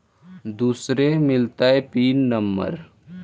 दुसरे मिलतै pin number?